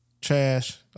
trash